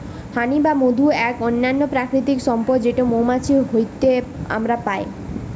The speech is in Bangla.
হানি বা মধু এক অনন্য প্রাকৃতিক সম্পদ যেটো মৌমাছি হইতে আমরা পাই